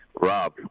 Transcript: Rob